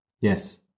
Yes